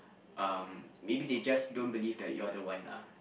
um maybe they just don't believe that you are the one lah